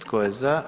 Tko je za?